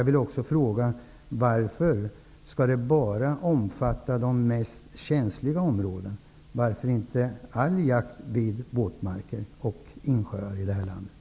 Varför skall förbudet bara omfatta de mest känsliga områdena? Varför inte all jakt vid våtmarker och insjöar i det här landet?